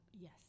Yes